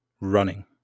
running